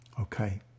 Okay